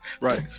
right